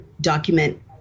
document